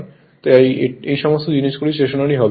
এবং তাই এই সমস্ত জিনিসগুলি স্টেশনারি হবে